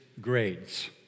grades